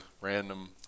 random